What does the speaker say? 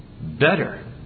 Better